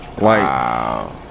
Wow